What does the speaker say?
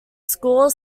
score